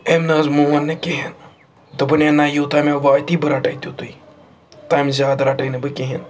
أمۍ نہٕ حظ مون نہٕ کِہیٖنۍ دوٚپ ہے نَہ یوٗتاہ مےٚ وٲتی بہٕ رَٹے تیُتٕے تَمہِ زیادٕ رَٹے نہٕ بہٕ کِہیٖنۍ